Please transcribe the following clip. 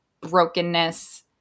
brokenness